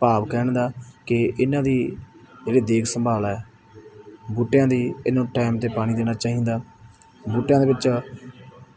ਭਾਵ ਕਹਿਣ ਦਾ ਕਿ ਇਹਨਾਂ ਦੀ ਜਿਹੜੀ ਦੇਖ ਸੰਭਾਲ ਹੈ ਬੂਟਿਆਂ ਦੀ ਇਹਨੂੰ ਟਾਈਮ 'ਤੇ ਪਾਣੀ ਦੇਣਾ ਚਾਹੀਦਾ ਬੂਟਿਆਂ ਦੇ ਵਿੱਚ